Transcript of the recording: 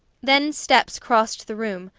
then steps crossed the room,